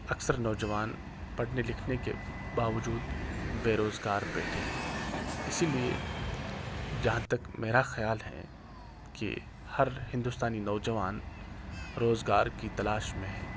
اکثر نوجوان پڑھنے لکھنے کے باوجود بے روزگار بیٹھے ہے اسی لیے جہاں تک میرا خیال ہے کہ ہر ہندوستانی نوجوان روزگار کی تلاش میں ہے